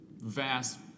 vast